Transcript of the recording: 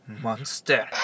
Monster